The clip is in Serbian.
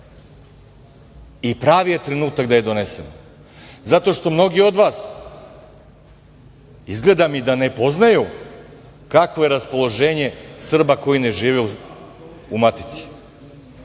Pravi je trenutak da je donesemo zato što mnogi od vas izgleda mi da ne poznaju kakvo je raspoloženje Srba koji ne žive u matici. Evo